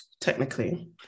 technically